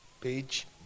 page